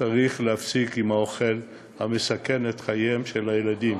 שצריך להפסיק עם האוכל המסכן את חייהם של הילדים.